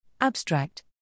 Abstract